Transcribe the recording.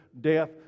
death